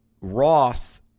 Ross